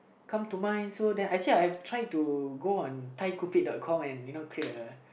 come to mind so that actually I've tried to go on Thai cupid dot com and you know create a